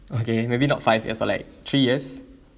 okay maybe not five years or like three years